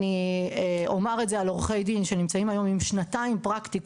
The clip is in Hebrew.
אני אומר את זה על עורכי דין שנמצאים היום עם שנתיים פרקטיקום,